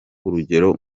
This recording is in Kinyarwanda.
urugero